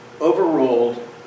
overruled